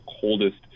coldest